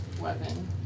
weapon